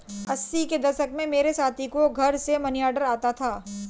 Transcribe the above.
अस्सी के दशक में मेरे साथी को घर से मनीऑर्डर आता था